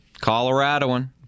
Coloradoan